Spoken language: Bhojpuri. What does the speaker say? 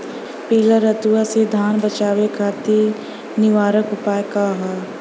पीला रतुआ से धान बचावे खातिर निवारक उपाय का ह?